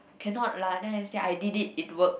cannot lah then I said I did it it work